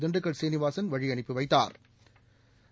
திண்டுக்கல் சீனிவாசன் வழியனுப்பி வைத்தாா்